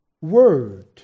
word